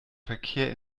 verkehr